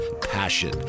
passion